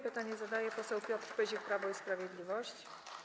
Pytanie zadaje poseł Piotr Pyzik, Prawo i Sprawiedliwość.